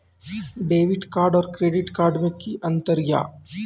Debit card और credit card मे कि अंतर या?